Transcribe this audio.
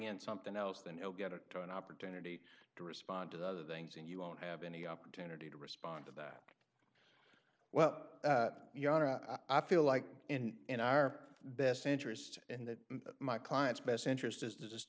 in something else than oh get it to an opportunity to respond to the other things and you won't have any opportunity to respond to that well i feel like in in our best interest in that my client's best interest is to just